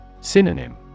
Synonym